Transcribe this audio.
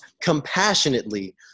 compassionately